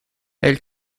elle